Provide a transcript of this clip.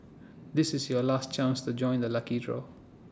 this is your last chance to join the lucky draw